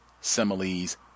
similes